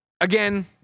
again